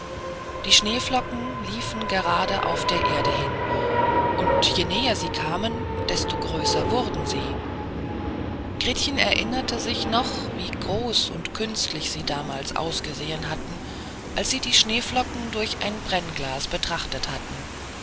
die schneeflocken liefen gerade auf der erde hin und je näher sie kamen desto größer wurden sie gretchen erinnerte sich noch wie groß und künstlich sie damals ausgesehen hatten als sie die schneeflocken durch ein brennglas betrachtet hatte